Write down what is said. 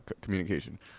communication